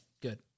good